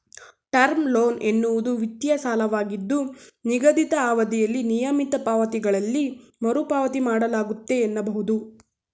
term loan ಎನ್ನುವುದು ವಿತ್ತೀಯ ಸಾಲವಾಗಿದ್ದು ನಿಗದಿತ ಅವಧಿಯಲ್ಲಿ ನಿಯಮಿತ ಪಾವತಿಗಳಲ್ಲಿ ಮರುಪಾವತಿ ಮಾಡಲಾಗುತ್ತೆ ಎನ್ನಬಹುದು